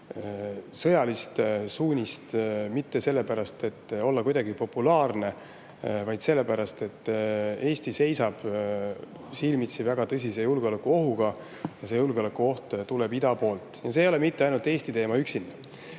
sõjalist suunist mitte sellepärast, et olla kuidagi populaarne, vaid sellepärast, et Eesti seisab silmitsi väga tõsise julgeolekuohuga. Julgeolekuoht tuleb ida poolt ja see ei ole mitte ainult Eesti teema.